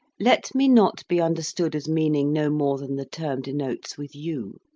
let me not be understood as meaning no more than the term denotes with you.